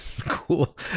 Cool